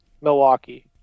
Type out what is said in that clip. Milwaukee